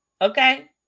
okay